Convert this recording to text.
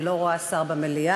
אני לא רואה שר במליאה,